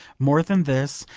more than this,